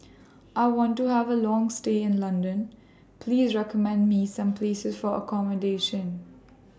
I want to Have A Long stay in London Please recommend Me Some Places For accommodation